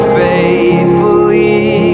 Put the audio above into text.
faithfully